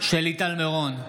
שלי טל מירון,